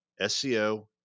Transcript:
SEO